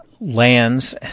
lands